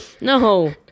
No